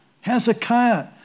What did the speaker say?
Hezekiah